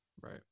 Right